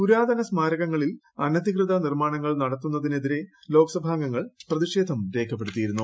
പുരാതന സ്മാരകങ്ങളിൽ അനധികൃത നിർമ്മാണങ്ങൾ നടത്തുന്നതിനെതിരെ ലോക്സഭാംഗങ്ങൾ പ്രതിഷേധം രേഖപ്പെടുത്തിയിരുന്നു